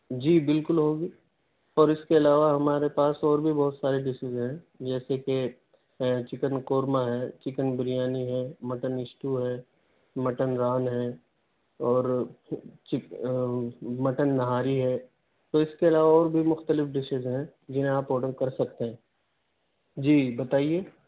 جی بالکل ہوگی اور اس کے علاوہ ہمارے پاس اور بھی بہت سارے ڈشز ہیں جیسے کہ چکن قورمہ ہے چکن بریانی ہے مٹن اسٹو ہے مٹن ران ہے اور چک مٹن نہاری ہے تو اس کے علاوہ اور بھی مختلف ڈشز ہیں جنہیں آپ آڈر کر سکتے ہیں جی بتائیے